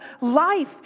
life